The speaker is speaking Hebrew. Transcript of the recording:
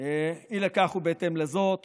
אי לכך ובהתאם לזאת